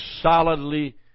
solidly